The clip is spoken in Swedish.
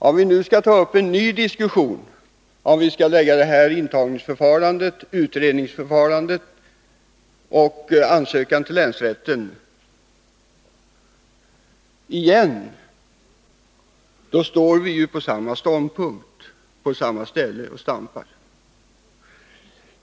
Om vi nu skall ta upp en ny diskussion om Rn intagningsförfarandet, utredningsförfarandet och ansökan till länsrätt, då står vi ju på samma ställe och stampar.